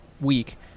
week